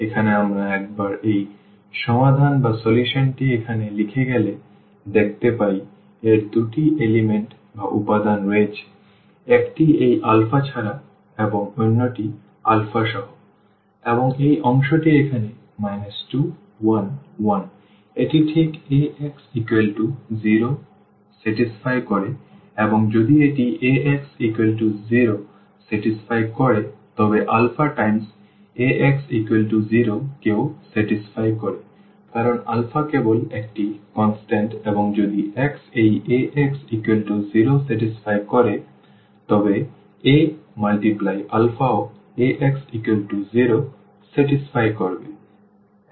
এখানে আমরা একবার এই সমাধানটি এখানে লিখে গেলে দেখতে পাই এর দুটি উপাদান রয়েছে একটি এই আলফা ছাড়া এবং অন্যটি আলফা সহ এবং এই অংশটি এখানে 2 1 1 এটি ঠিক Ax0 সন্তুষ্ট করে এবং যদি এটি Ax0 সন্তুষ্ট করে তবে আলফা টাইমস Ax0 কেও সন্তুষ্ট করে কারণ আলফা কেবল একটি কনস্ট্যান্ট এবং যদি x এই Ax0 সন্তুষ্ট করে তবে A গুন আলফাও Ax0 সন্তুষ্ট করবে